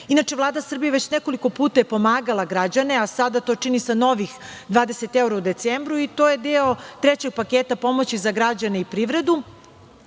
Vlada Srbije je već nekoliko puta pomagala građane, a sada to čini sa novih 20 evra u decembru. To je deo trećeg paketa pomoći za građane i privredu.